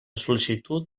sol·licitud